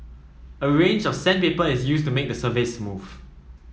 a range of sandpaper is used to make the surface smooth